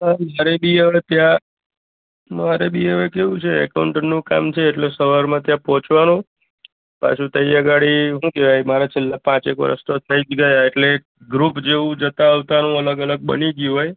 હં મારે બી હવે ત્યાં મારે બી હવે કેવું છે એકાઉટંટનું કામ છે એટલે સવારમાં ત્યાં પહોંચવાનું પાછું તઈયે ગાડી શું કહેવાય મારે છેલ્લા પાંચેક વરસ તો થઈ જ ગયાં એટલે ગ્રુપ જેવું જતાં આવતાંનું અલગ અલગ બની ગયું હોય